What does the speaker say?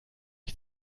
ich